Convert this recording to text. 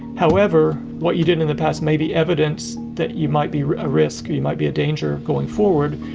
however, what you did in in the past may be evidence that you might be a risk, you might be a danger going forward.